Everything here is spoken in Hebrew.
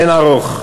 לאין ערוך.